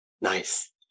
Nice